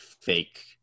fake-